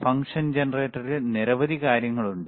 function ജനറേറ്ററിൽ നിരവധി കാര്യങ്ങളുണ്ട്